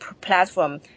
platform